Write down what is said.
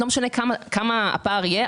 לא משנה כמה הפער יהיה,